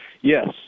Yes